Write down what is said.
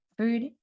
food